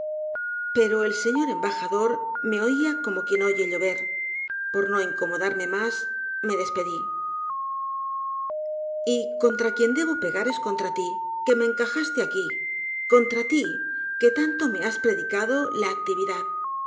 pero el señor embajador me oia como quien oye llover por no incomodarme mas me despedí y contra quien debo pegar es contra ti que me encajaste aqui contra ti que tanto me has predicado la